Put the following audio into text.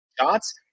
shots